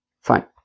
Fine